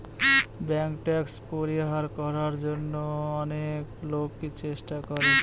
bank tax পরিহার করার জন্য অনেক লোকই চেষ্টা করে